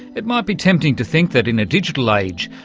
it might be tempting to think that in a digital age,